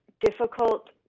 difficult